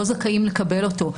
לא זכאים לקבל אותו.